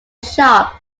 shop